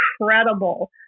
incredible